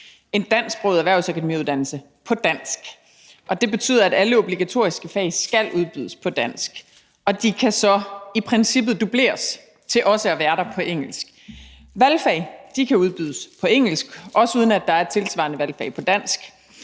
en dansksproget erhvervsakademiuddannelse på dansk, og det betyder, at alle obligatoriske fag skal udbydes på dansk, og de kan så i princippet dubleres til også at være der på engelsk. Valgfag kan udbydes på engelsk, også uden at der er et tilsvarende valgfag på dansk,